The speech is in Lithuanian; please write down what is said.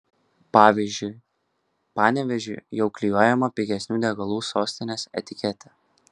pavyzdžiui panevėžiui jau klijuojama pigesnių degalų sostinės etiketė